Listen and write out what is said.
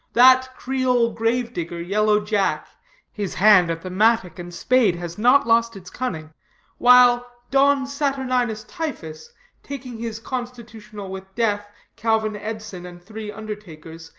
that creole grave-digger, yellow jack his hand at the mattock and spade has not lost its cunning while don saturninus typhus taking his constitutional with death, calvin edson and three undertakers,